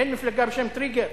אין מפלגה בשם טריגר?